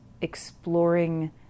exploring